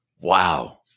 Wow